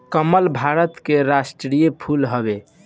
कमल भारत के राष्ट्रीय फूल हवे